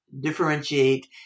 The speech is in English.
differentiate